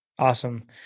Awesome